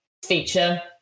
feature